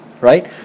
right